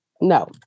No